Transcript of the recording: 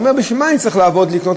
הוא אומר: בשביל מה אני צריך לעבוד לקנות,